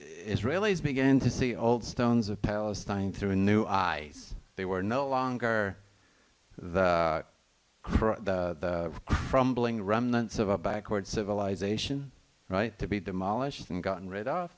israelis begin to see old stones of palestine through new eyes they were no longer for the crumbling remnants of a backward civilization right to be demolished and gotten rid off